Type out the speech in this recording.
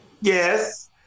yes